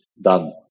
done